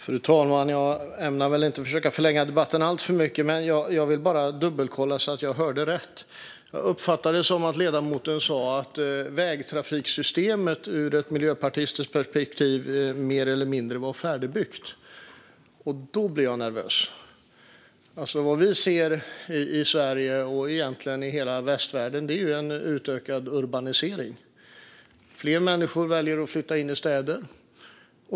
Fru talman! Jag ämnar inte försöka förlänga debatten alltför mycket, men jag vill bara dubbelkolla att jag hörde rätt. Jag uppfattade det som att ledamoten sa att vägtrafiksystemet ur ett miljöpartistiskt perspektiv mer eller mindre är färdigbyggt. Då blev jag nervös. Vad vi ser i Sverige och egentligen i hela västvärlden är en utökad urbanisering. Fler människor väljer att flytta in till städer.